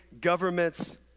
governments